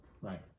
Right